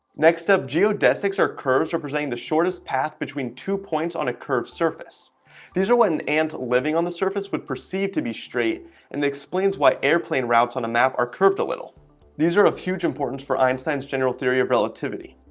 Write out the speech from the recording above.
next geodesics are curves representing the shortest path between two points on a curved surface these are what an aunt living on the surface would perceive to be straight and explains why airplane routes on a map are curved a little these are of huge importance for einstein's general theory of relativity